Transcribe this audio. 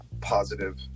positive